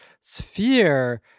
sphere